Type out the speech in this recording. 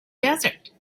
desert